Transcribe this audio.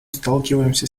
сталкиваемся